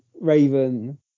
Raven